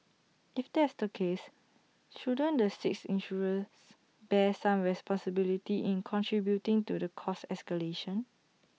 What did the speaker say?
if that's the case shouldn't the six insurers bear some responsibility in contributing to the cost escalation